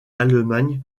allemagne